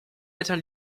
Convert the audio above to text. eltern